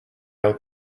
out